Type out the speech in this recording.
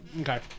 okay